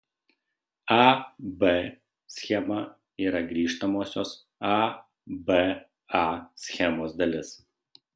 a b schema yra grįžtamosios a b a schemos dalis